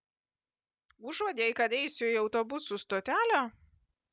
užuodei kad eisiu į autobusų stotelę